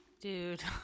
Dude